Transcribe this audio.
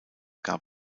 gab